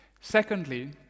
Secondly